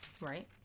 Right